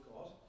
God